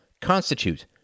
constitute